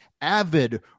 avid